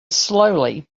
slowly